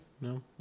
No